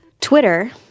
Twitter